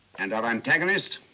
and our antagonist,